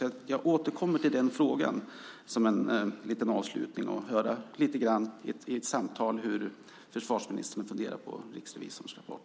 Jag återkommer till den frågan som en avslutning. Jag vill höra lite grann i ett samtal hur försvarsministern funderar på riksrevisorns rapport.